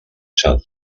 child